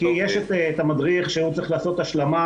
כי יש את המדריך שעוד צריך לעשות לו השלמה